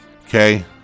okay